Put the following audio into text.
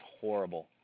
horrible